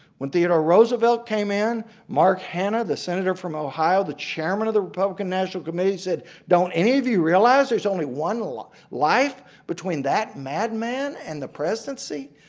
when theodore roosevelt came in mark hanna the senator from ohio the chairman of the and national committee said. don't any of you realize there's only one like life between that madman and the presidency?